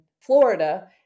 Florida